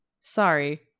sorry